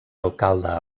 alcalde